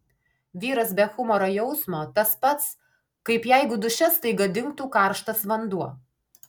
vyras be humoro jausmo tas pats kaip jeigu duše staiga dingtų karštas vanduo